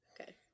Okay